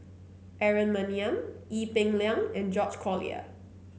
Aaron Maniam Ee Peng Liang and George Collyer